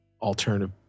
alternative